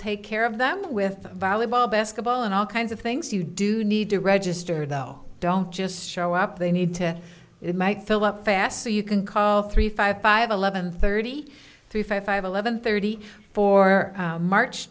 take care of them with volleyball basketball and all kinds of things you do need to register though don't just show up they need to it might fill up fast so you can call three five five eleven thirty three five five eleven thirty four march